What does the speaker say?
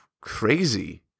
crazy